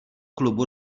klubu